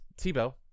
Tebow